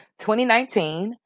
2019